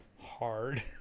hard